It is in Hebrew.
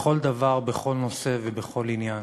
בכל דבר, בכל נושא ובכל עניין,